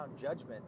judgment